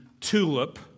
TULIP